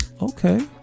Okay